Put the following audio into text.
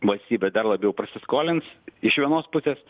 valstybė dar labiau prasiskolins iš vienos pusės